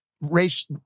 race